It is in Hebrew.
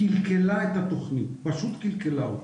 קלקלה את התוכנית פשוט קלקלה אותה.